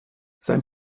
sein